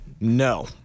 No